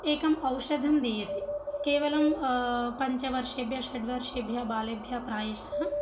एकं औषधं दीयते केवलं पञ्चवर्षेभ्यः षड्वर्षेभ्यः बालेभ्यः प्रायशः